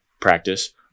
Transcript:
practice